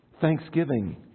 Thanksgiving